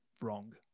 wrong